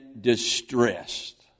distressed